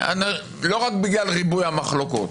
לא רק בגלל ריבוי המחלוקות,